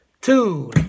tune